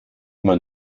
man